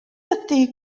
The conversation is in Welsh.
ydy